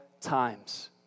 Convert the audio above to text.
times